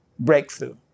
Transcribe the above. Breakthrough